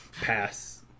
Pass